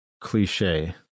cliche